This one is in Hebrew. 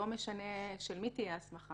זה לא משנה של מי תהיה ההסמכה,